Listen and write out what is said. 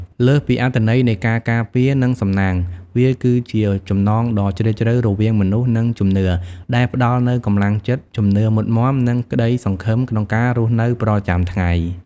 លើសពីអត្ថន័យនៃការការពារ និងសំណាង វាគឺជា ចំណងដ៏ជ្រាលជ្រៅរវាងមនុស្ស និងជំនឿ ដែលផ្តល់នូវ កម្លាំងចិត្ត ជំនឿមុតមាំ និងក្តីសង្ឃឹម ក្នុងការរស់នៅប្រចាំថ្ងៃ។